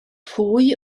pwy